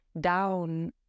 down